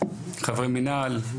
חבר מנהל,